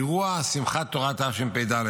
אירוע שמחת תורה תשפ"ד,